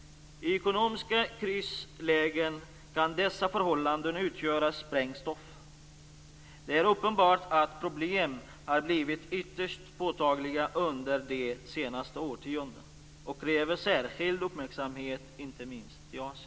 I ekonomiska krislägen kan dessa förhållanden utgöra sprängstoff. Det är uppenbart att problemen har blivit ytterst påtagliga under det senaste årtiondet och kräver särskild uppmärksamhet, inte minst i Asien.